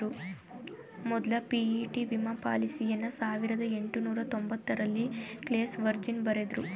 ಮೊದ್ಲ ಪಿ.ಇ.ಟಿ ವಿಮಾ ಪಾಲಿಸಿಯನ್ನ ಸಾವಿರದ ಎಂಟುನೂರ ತೊಂಬತ್ತರಲ್ಲಿ ಕ್ಲೇಸ್ ವರ್ಜಿನ್ ಬರೆದ್ರು